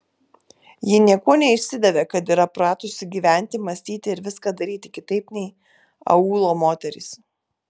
ji niekuo neišsidavė kad yra pratusi gyventi mąstyti ir viską daryti kitaip nei aūlo moterys